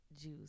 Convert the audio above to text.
juice